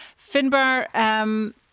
Finbar